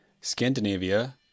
Scandinavia